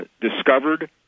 discovered